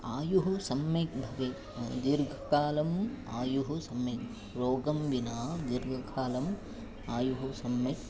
आयुः सम्यक् भवेत् दीर्घकालम् आयुः सम्यक् रोगं विना दीर्घकालम् आयुः सम्यक्